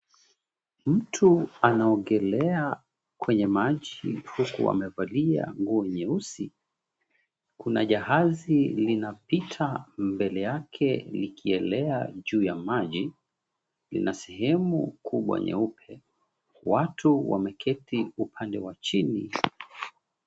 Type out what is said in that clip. Mtu anaogelea kwenye maji huku amevalia nguo nyeusi. Kuna jahazi linapita mbele yake likielea juu ya maji. Ina sehemu kubwa nyeupe. Watu upande wameketi upande wa chini.